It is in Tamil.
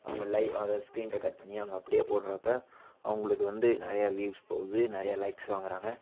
அவங்க லைவ் அதாவது ஸ்க்ரீன் ரெக்கார்ட் பண்ணி அவங்க அப்படியே போடுறப்ப அவங்களுக்கு வந்து நிறைய வீவ்ஸ் போகுது நிறைய லைக்ஸ் வாங்குகிறாங்க